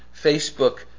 Facebook